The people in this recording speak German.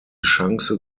chance